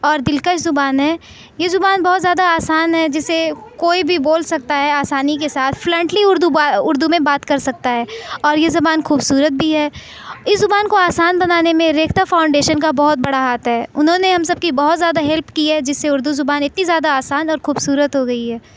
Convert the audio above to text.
اور دلکش زبان ہے یہ زبان بہت زیادہ آسان ہے جسے کوئی بھی بول سکتا ہے آسانی کے ساتھ فلنٹلی اردو با اردو میں بات کر سکتا ہے اور یہ زبان خوبصورت بھی ہے اس زبان کو آسان بنانے میں ریختہ فاؤنڈیشن کا بہت بڑا ہاتھ ہے انہوں نے ہم سب کی بہت زیادہ ہیلپ کی ہے جس سے اردو زبان اتنی زیادہ آسان اور خوبصورت ہو گئی ہے